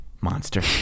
monster